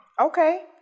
Okay